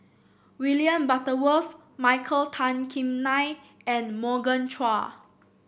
William Butterworth Michael Tan Kim Nei and Morgan Chua